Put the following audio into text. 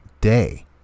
day